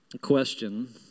question